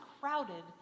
crowded